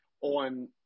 on